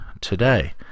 today